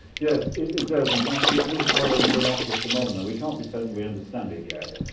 yes, it does, and and and it is quite a remarkable phenomena. we can't pretend and we understand it yet.